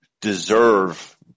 deserve